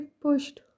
pushed